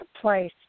place